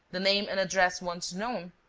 the name and address once known,